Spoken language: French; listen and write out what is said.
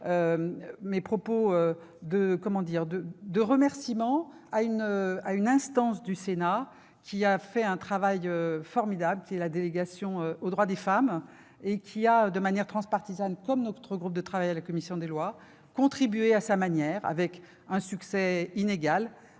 terminer, je veux saluer une instance du Sénat qui a fait un travail formidable. Je veux parler de la délégation aux droits des femmes, qui a, de façon transpartisane, comme notre groupe de travail de la commission des lois, contribué à sa manière, avec un succès inégal,